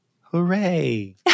Hooray